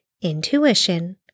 Intuition